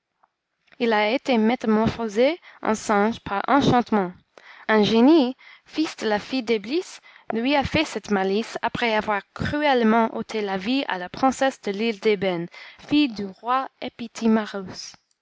il a été métamorphosé en singe par enchantement un génie fils de la fille d'eblis lui a fait cette malice après avoir cruellement ôté la vie à la princesse de l'île d'ébène fille du roi